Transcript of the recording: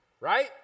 right